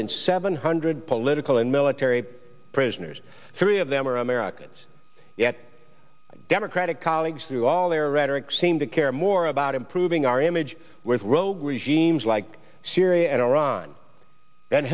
than seven hundred political and military prisoners three of them are americans yet democratic colleagues through all their rhetoric seem to care more about improving our image with rogue regimes like syria and iran